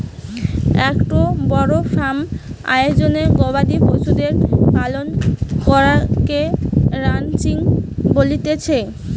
একটো বড় ফার্ম আয়োজনে গবাদি পশুদের পালন করাকে রানচিং বলতিছে